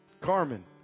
Carmen